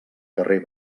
carrer